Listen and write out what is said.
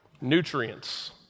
nutrients